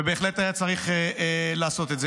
ובהחלט היה צריך לעשות את זה.